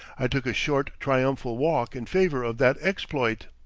i took a short triumphal walk in favor of that exploit.